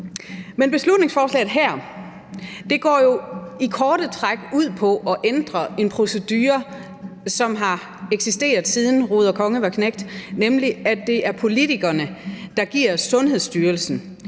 Beslutningsforslaget her går jo i korte træk ud på at ændre en procedure, der har eksisteret, siden ruder konge var knægt, nemlig at det er politikerne, der giver Sundhedsstyrelsen